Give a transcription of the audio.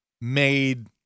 made